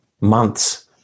months